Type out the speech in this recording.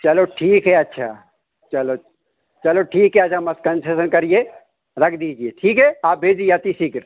चलो ठीक है अच्छा चलो चलो ठीक है अच्छा मत कंसेसन करिए रख दीजिए ठीक है आप भेज दीजिए अति शीघ्र